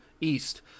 east